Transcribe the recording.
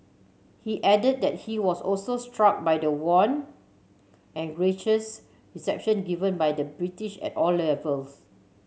he added that he was also struck by the warm and gracious reception given by the British at all levels